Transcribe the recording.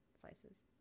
slices